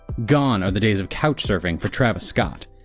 gone are the days of couch surfing for travis scott.